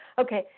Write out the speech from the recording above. okay